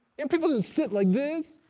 and people didn't sit like this.